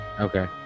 okay